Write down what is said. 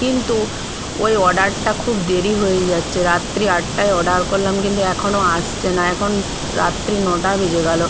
কিন্তু ওই অর্ডারটা খুব দেরি হয়ে যাচ্ছে রাত্রি আটটায় অর্ডার করলাম কিন্তু এখনও আসছে না এখন রাত্রি নটা বেজে গেল